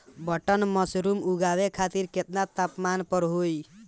Button mushroom उगावे खातिर केतना तापमान पर होई?